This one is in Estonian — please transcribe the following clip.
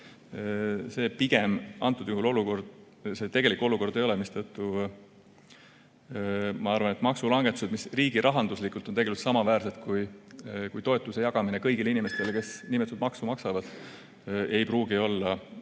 Aga pigem tegelik olukord selline ei ole ja seetõttu ma arvan, et maksulangetused, mis riigirahanduslikult on tegelikult samaväärsed kui toetuse jagamine kõigile inimestele, kes konkreetset maksu maksavad, ei pruugi olla